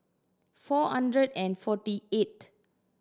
four hundred and forty eighth